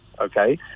okay